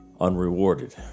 unrewarded